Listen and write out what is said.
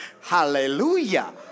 Hallelujah